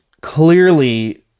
clearly